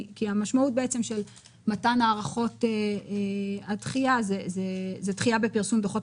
המשמעות של מתן הארכות היא דחייה בפרסום דוחות